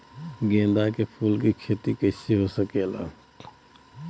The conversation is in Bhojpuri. गेंदा के फूल की खेती कैसे होखेला?